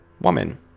woman